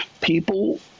people